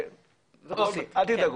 אל תדאגו.